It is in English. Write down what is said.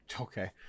Okay